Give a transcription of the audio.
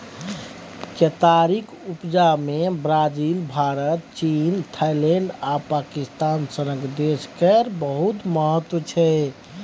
केतारीक उपजा मे ब्राजील, भारत, चीन, थाइलैंड आ पाकिस्तान सनक देश केर बहुत महत्व छै